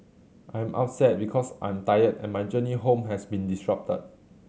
I'm upset because I'm tired and my journey home has been disrupted